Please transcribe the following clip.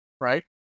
Right